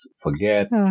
forget